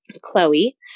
Chloe